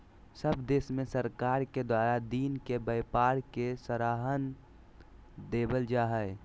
सब देश में सरकार के द्वारा दिन के व्यापार के सराहना देवल जा हइ